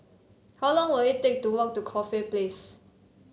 how long will it take to walk to Corfe Place